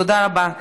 תודה רבה.